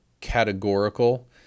categorical